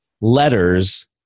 letters